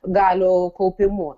galių kaupimu